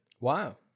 Wow